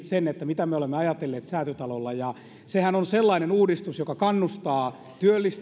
sen mitä me olemme ajatelleet säätytalolla ja sehän on sellainen uudistus joka kannustaa